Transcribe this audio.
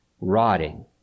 rotting